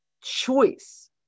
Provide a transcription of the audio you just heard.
choice